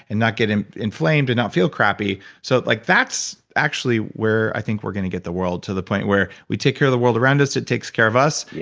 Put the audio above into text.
and not get and inflamed, and not feel crappy. so like that's actually where, i think, we're going to get the world, to the point where we take care of the world around us, it takes care of us, yeah